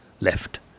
left